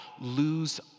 lose